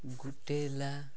ଗୋଟେ ହେଲା